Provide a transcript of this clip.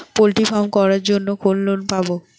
Poultry farm করার জন্য কোন লোন পাব?